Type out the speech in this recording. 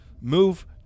move